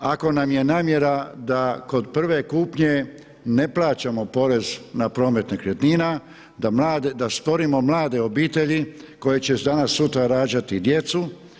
Ako nam je namjera da kod prve kupnje ne plaćamo porez na promet nekretnina, da stvorimo mlade obitelji koje će danas sutra rađati djecu.